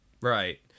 right